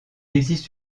existe